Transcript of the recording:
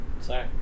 Sorry